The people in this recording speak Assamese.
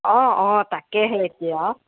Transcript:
অঁ অঁ তাকেহে এতিয়া